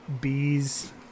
bees